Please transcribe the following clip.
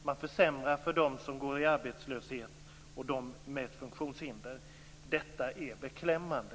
Man försämrar för dem som går ut i arbetslöshet och för dem som har funktionshinder. Detta är beklämmande.